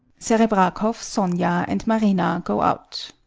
serebrakoff, sonia and marina go out.